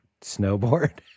snowboard